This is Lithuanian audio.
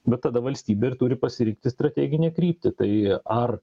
bet tada valstybė turi pasirinkti strateginę kryptį tai ar